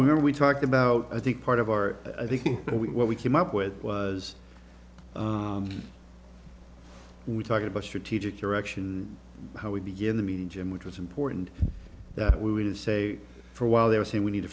we were we talked about i think part of our i think we what we came up with was we talked about strategic direction how we begin the meeting jim which was important that we would say for a while they were saying we need to